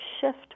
shift